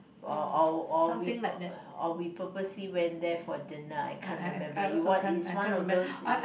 or or or we or we purposely went there for dinner I can't remember it what it is one of those